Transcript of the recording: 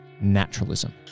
naturalism